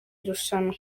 irushanwa